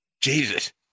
jesus